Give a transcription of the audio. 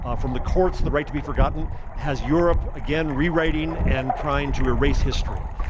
ah from the courts the right to be forgotten has europe again rewriting and trying to erase history.